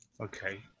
Okay